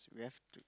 we have to